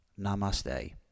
Namaste